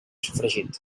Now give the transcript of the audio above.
sofregit